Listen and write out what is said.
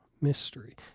mystery